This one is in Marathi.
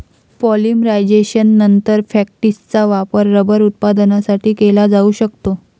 पॉलिमरायझेशननंतर, फॅक्टिसचा वापर रबर उत्पादनासाठी केला जाऊ शकतो